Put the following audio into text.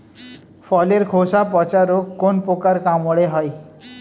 ফলের খোসা পচা রোগ কোন পোকার কামড়ে হয়?